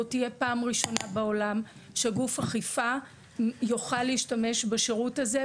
זאת תהיה פעם ראשונה בעולם שגוף אכיפה יוכל להשתמש בשירות הזה,